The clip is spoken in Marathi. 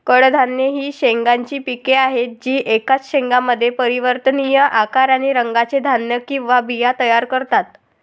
कडधान्ये ही शेंगांची पिके आहेत जी एकाच शेंगामध्ये परिवर्तनीय आकार आणि रंगाचे धान्य किंवा बिया तयार करतात